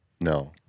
No